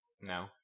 No